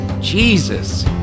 Jesus